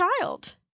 child